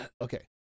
okay